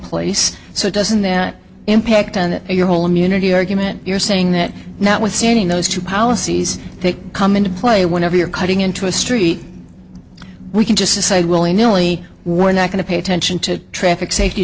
place so doesn't that impact on your whole immunity argument you're saying that notwithstanding those two policies that come into play whenever you're cutting into a street we can just say willy nilly we're not going to pay attention to traffic safety